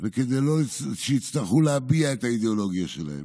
וכדי שלא יצטרכו להביע את האידיאולוגיה שלהם.